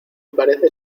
parece